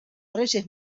reyes